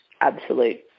absolute